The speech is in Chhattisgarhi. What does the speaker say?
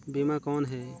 बीमा कौन है?